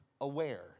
aware